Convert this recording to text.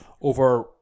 over